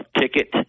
ticket